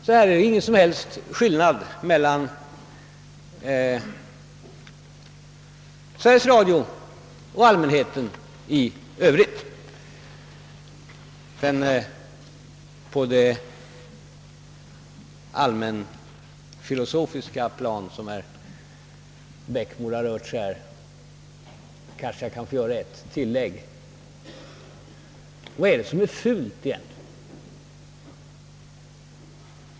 Det råder alltså ingen som helst skillnad härvidlag mellan Sveriges Radio och allmänheten. Herr Eriksson i Bäckmora har här rört sig på det allmänfilosofiska planet och jag vill gärna ställa en fråga: Vad är det egentligen som är fult?